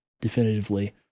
definitively